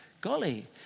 Golly